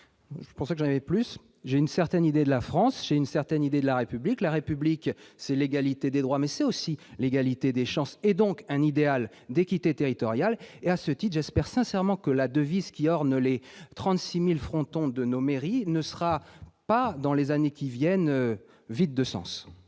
pour la réplique. J'ai une certaine idée de la France, mais aussi de la République. La République, c'est non seulement l'égalité des droits, mais aussi l'égalité des chances, et donc un idéal d'équité territoriale. À ce titre, j'espère sincèrement que la devise qui orne les 36 000 frontons de nos mairies ne sera pas, au cours des années qui viennent, vide de sens.